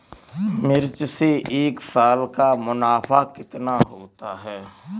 मिर्च से एक साल का मुनाफा कितना होता है?